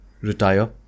retire